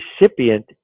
recipient